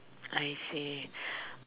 I see